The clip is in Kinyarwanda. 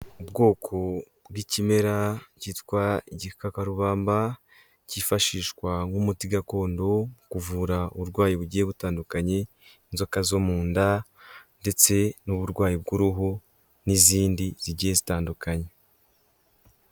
Ubwoko bw'ikimera kitwa igikakarubamba, kifashishwa nk'umuti gakondo wo kuvura uburwayi bugiye butandukanye, inzoka zo munda ndetse n'uburwayi bw'uruhu n'izindi zigiye zitandukanye.